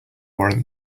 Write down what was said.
warrant